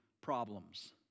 problems